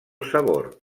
sabor